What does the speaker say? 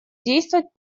действовать